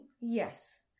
yes